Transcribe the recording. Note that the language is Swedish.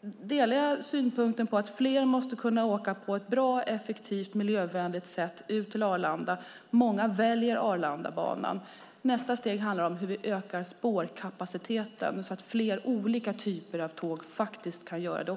delar jag synpunkten att fler måste kunna åka på ett bra, effektivt och miljövänligt sätt ut till Arlanda. Många väljer Arlandabanan. Nästa steg handlar om hur vi ökar spårkapaciteten så att flera olika typer av tåg kan köra.